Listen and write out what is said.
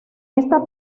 esta